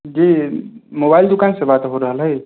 जी mobile दोकानसँ बात हो रहल अछि